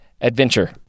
adventure